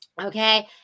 okay